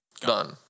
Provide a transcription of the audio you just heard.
done